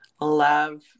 love